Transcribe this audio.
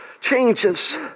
Changes